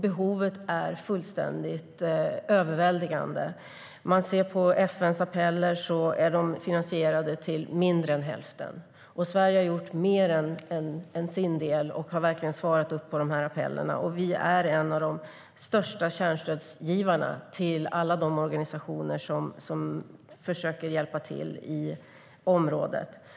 Behovet är fullständigt överväldigande. Om man ser på FN:s appeller är de finansierade till mindre än hälften, och Sverige har gjort mer än sin del och verkligen svarat upp på appellerna. Sverige är en av de största kärnstödsgivarna till alla de organisationer som försöker hjälpa till i området.